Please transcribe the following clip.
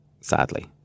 sadly